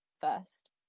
first